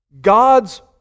God's